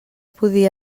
podia